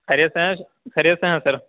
خیریت سے ہیں خیریت سے ہیں سر